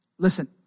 Listen